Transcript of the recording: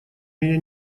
меня